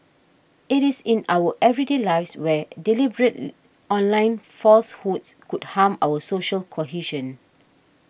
it is in our everyday lives where deliberate online falsehoods could harm our social cohesion